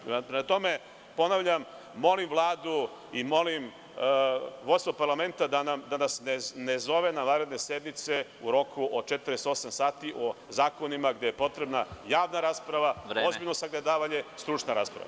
Ponavljam, molim Vladu i molim vođstvo parlamenta da nas ne zove na vanredne sednice u roku od 48 sati o zakonima gde je potrebna javna rasprava, ozbiljno sagledavanje, stručna rasprava.